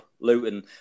Luton